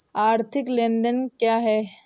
आर्थिक लेनदेन क्या है?